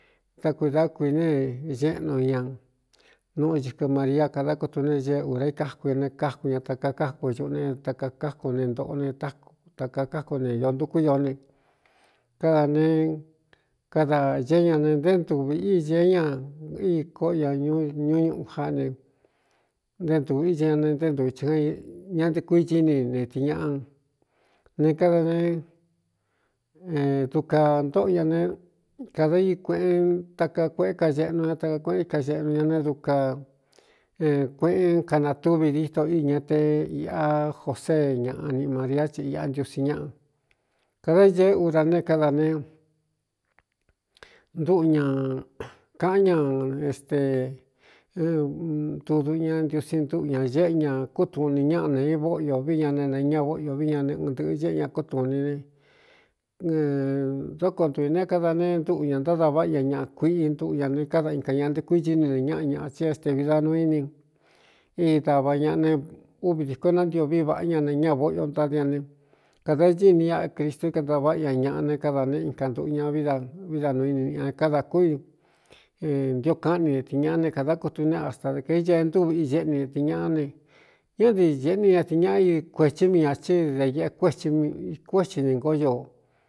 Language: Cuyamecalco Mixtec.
Dá kui dá kuine ñeꞌnu ña nuꞌu cɨkɨ maria kadá kutu n ñée ūra ikáku ña ne káku ña takaa kák ñuꞌu ne takaakáku ne ntōꞌo ne táktakaakáku ne o ntukú ioó ne kadā ne kadā ñee ña ne nté ntūvī í ñ é ña íi kóꞌo ña ñ ñúú ñuꞌu jaꞌa ne nté ntūv íi ña ne nté ntū chɨ ña ntɨkui ñíni ne ti ñaꞌa ne kada ne dukā ntóꞌo ña ne kadā í kueꞌe takaa kueꞌé ka eꞌnu a takakuꞌén ika xeꞌnu ña ne duka kueꞌe kanātúvi díto íi ña te īꞌa josee ñaꞌa niꞌ maria chi iꞌa ntiusi ñaꞌa kada ñee urā ne kada ne ntuꞌu ñā kāꞌán ña este ntu duꞌu ña ntiusi ntuꞌu ñā ñéꞌe ña kútuni ñáꞌa nē i vóꞌ io vi ña ne ne ña vóꞌio vi ña ne ɨɨn ntɨ̄ꞌɨ ñéꞌe ña kútūni ne dóko ntuī ne kada nee ntuꞌu ñā ntáda váꞌ ña ñaꞌa kuiꞌi ntuꞌu ña ne káda inka ña ntekui ñini ne ñaꞌa ñaꞌa chín estevi da nuu íni í dava ñaꞌa ne uvi dīko nántio vi vāꞌá ña ne ña vóꞌyo ntádia ne kādā ɨni a cristu kantaváꞌa ña ñaꞌa ne káda ne inka ntuꞌu ña vi da nuu ini ñane kádā kú i ntio kaꞌni e tii ñaꞌa ne kādá kutu ne asta de kaiñee ntúviꞌ i eꞌnu etɨi ñaꞌa ne ñá nti ñeꞌnu ñati ñaꞌa i kuēchí mii ñā chí de ēꞌe kuéthi ni ngó ioo.